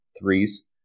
threes